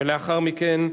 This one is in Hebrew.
ולאחר מכן,